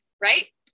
Right